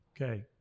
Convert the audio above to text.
Okay